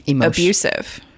abusive